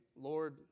Lord